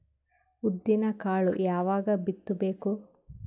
ಉದ್ದಿನಕಾಳು ಯಾವಾಗ ಬಿತ್ತು ಬೇಕು?